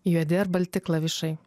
juodi balti klavišai